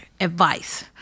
advice